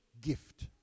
gift